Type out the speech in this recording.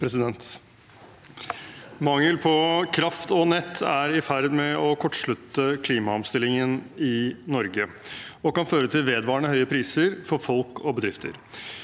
Mangel på kraft og nett er i ferd med å kortslutte klimaomstillingen i Norge og kan føre til vedvarende høye priser for folk og bedrifter.